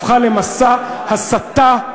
הפכה למסע הסתה,